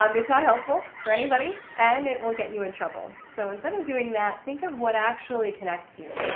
um it's not helpful for anybody and it will get you in trouble. so, instead of doing that think of what actually connects you.